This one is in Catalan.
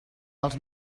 els